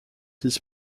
his